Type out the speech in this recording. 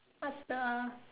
what the